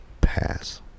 Pass